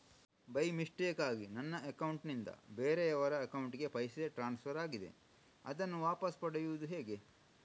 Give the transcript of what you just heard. By ಮಿಸ್ಟೇಕಾಗಿ ನನ್ನ account ನಿಂದ ಬೇರೆಯವರ ಅಕೌಂಟ್ ಗೆ ಪೈಸೆ ಟ್ರಾನ್ಸ್ಫರ್ ಆಗಿದೆ ಅದನ್ನು ವಾಪಸ್ ತೆಗೆಯೂದು ಹೇಗೆ?